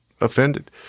offended